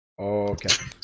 Okay